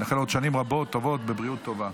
נאחל לו עוד שנים רבות טובות בבריאות טובה.